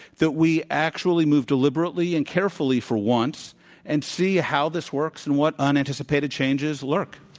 that we actually move deliberately and carefully for once and see how this works and what unanticipated changes lurk.